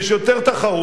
יש יותר תחרות,